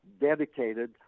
dedicated